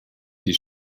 die